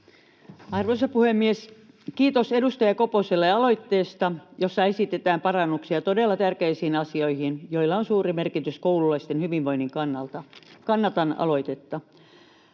Arvoisa puhemies! Kiitos edustaja Koposelle aloitteesta, jossa esitetään parannuksia todella tärkeisiin asioihin, joilla on suuri merkitys koululaisten hyvinvoinnin kannalta. Kannatan aloitetta.